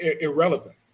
irrelevant